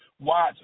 watch